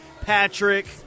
Patrick